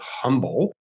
humble